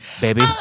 baby